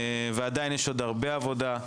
ועדיין יש עוד הרבה עבודה.